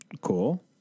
Cool